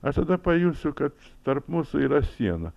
aš tada pajusiu kad tarp mūsų yra siena